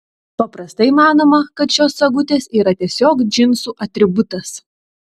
paprastai manoma kad šios sagutės yra tiesiog džinsų atributas